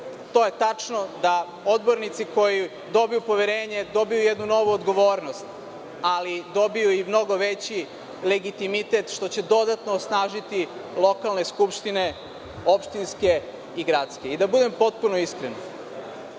Tačno je da odbornici koji dobiju poverenje dobiju i jednu novu odgovornost, ali dobiju i mnogo veći legitimitet, što će dodatno osnažiti lokalne skupštine, opštinske i gradske. Da budem potpuno iskren,